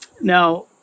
Now